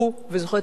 ואני זוכרת אחרים.